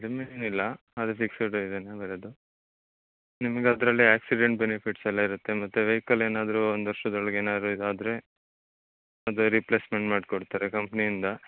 ಕಡಿಮೆ ಏನಿಲ್ಲ ಅದು ಫಿಕ್ಸಡ್ ಇದೇನೆ ಬರೋದು ನಿಮ್ಗೆ ಅದರಲ್ಲಿ ಆ್ಯಕ್ಸಿಡೆಂಟ್ ಬೆನಿಫಿಟ್ಸ್ ಎಲ್ಲ ಇರುತ್ತೆ ಮತ್ತೆ ವೆಯಿಕಲ್ ಏನಾದರು ಒಂದು ವರ್ಷದ ಒಳ್ಗೆ ಏನಾದರು ಇದಾದರೆ ಅದೇ ರಿಪ್ಲೇಸ್ಮೆಂಟ್ ಮಾಡಿ ಕೊಡ್ತಾರೆ ಕಂಪ್ನಿಯಿಂದ